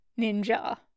ninja